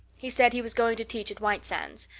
he said he was going to teach at white sands.